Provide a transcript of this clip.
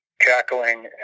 cackling